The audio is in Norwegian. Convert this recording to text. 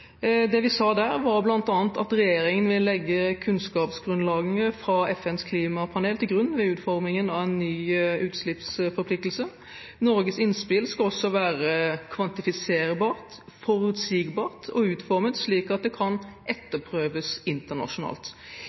Det vi sa der, var bl.a. at regjeringen vil legge kunnskapsgrunnlaget fra FNs klimapanel til grunn ved utformingen av en ny utslippsforpliktelse. Norges innspill skal også være kvantifiserbart, forutsigbart og utformet slik at det kan etterprøves internasjonalt.